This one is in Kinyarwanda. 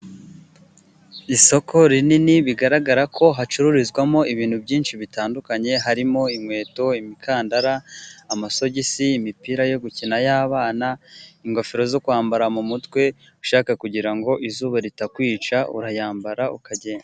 Isoko rinini bigaragara ko hacururizwamo ibintu byinshi bitandukanye, harimo inkweto, imikandara, amasogisi, imipira yo gukina y'abana, ingofero zo kwambara mu mutwe, ushaka kugira ngo izuba ritakwica urayambara ukagenda.